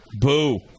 Boo